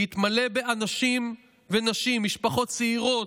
להתמלא באנשים ונשים, משפחות צעירות,